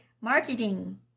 marketing